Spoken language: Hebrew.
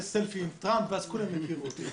סלפי עם טראמפ ואז כולם יכירו אותי.